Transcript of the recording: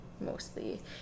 mostly